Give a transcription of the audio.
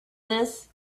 this